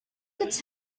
could